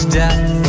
death